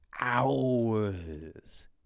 hours